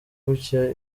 gutya